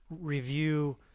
review